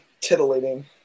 titillating